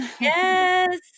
Yes